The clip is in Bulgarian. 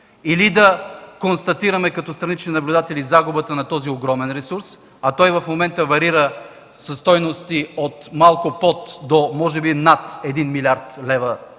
или да констатираме като странични наблюдатели загубата на този огромен ресурс, а той в момента варира със стойности от малко под до може би над 1 млрд. лв.